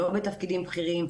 לא בתפקידים בכירים.